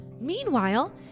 Meanwhile